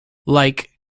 like